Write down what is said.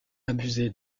abusé